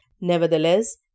Nevertheless